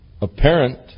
Apparent